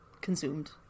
consumed